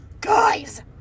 Guys